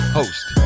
host